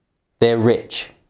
they're rich.